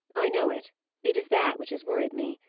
i know it it is that which has worried me.